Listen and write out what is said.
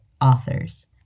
authors